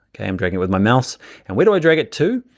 okay, i'm dragging it with my mouse and where do i drag it to?